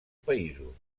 països